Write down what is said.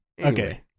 Okay